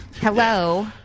Hello